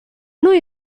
noi